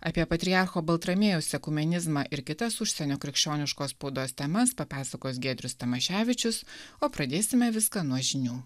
apie patriarcho baltramiejaus ekumenizmą ir kitas užsienio krikščioniškos spaudos temas papasakos giedrius tamaševičius o pradėsime viską nuo žinių